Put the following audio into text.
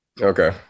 okay